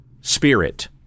spirit